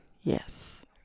yes